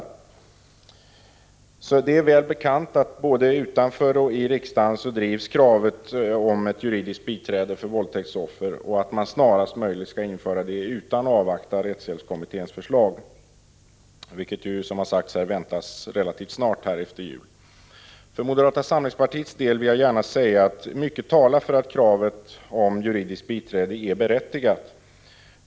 Det är välbekant att både utanför och i riksdagen drivs kravet på ett juridiskt biträde för våldtäktsoffer och att man snarast skall införa detta utan att avvakta rättshjälpskommitténs förslag, vilket som har sagts väntas föreligga kort efter jul. För moderata samlingspartiets del vill jag gärna säga att mycket talar för att kravet på juridiskt biträde är berättigat.